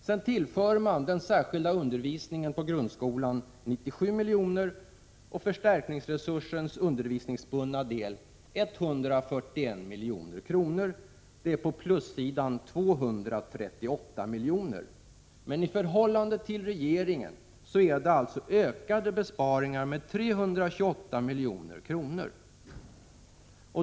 Sedan tillför man den särskilda undervisningen inom grundskolan 97 miljoner och förstärkningsresursens undervisningsbundna del 141 milj.kr. Det är alltså 238 miljoner på plussidan. I förhållande till regeringens förslag ökar man besparingarna med 328 milj.kr.